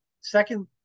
Second